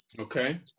Okay